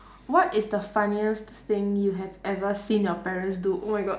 what is the funniest thing you have ever seen your parents do oh my god